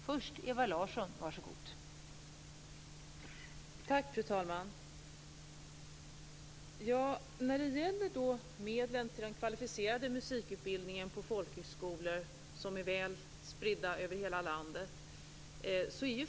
Fru talman! Först är det frågan om medlen till den kvalificerade musikutbildningen på de folkhögskolor som är väl spridda över hela landet.